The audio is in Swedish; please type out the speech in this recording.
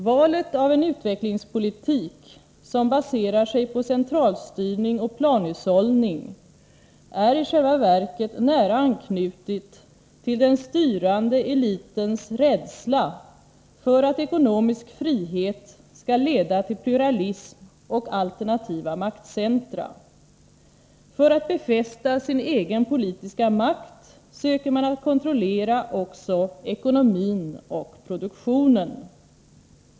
Valet av en utvecklingspolitik som baserar sig på centralstyrning och planhushållning är i själva verket nära anknutet till den styrande elitens rädsla för att ekonomisk frihet skall leda till pluralism och alternativa maktcentra. För att befästa sin egen politiska makt söker man att kontrollera också ekonomin och produktionen.